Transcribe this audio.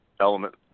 element